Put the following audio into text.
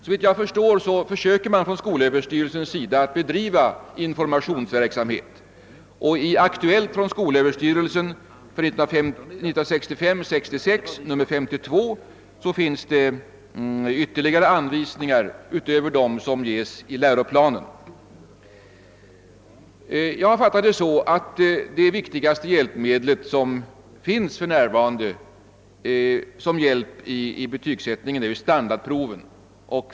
Såvitt jag förstår försöker skolöverstyrelsen bedriva informationsverksamhet. I Aktuellt från Skolöverstyrelsen 1965/66, nr 52, lämnas ytterligare anvisningar utöver dem som ges i läroplanen. Jag har fattat det så, att det viktigaste hjälpmedlet som finns för närvarande för att underlätta betygsättningen är standardprov.